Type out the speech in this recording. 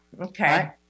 Okay